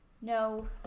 no